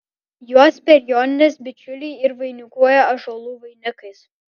juos per jonines bičiuliai ir vainikuoja ąžuolų vainikais